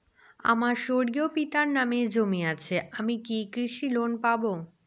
আমার স্বর্গীয় পিতার নামে জমি আছে আমি কি কৃষি লোন পাব?